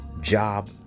job